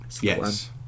yes